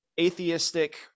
atheistic